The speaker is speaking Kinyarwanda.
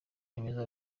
yemeza